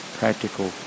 practical